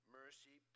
mercy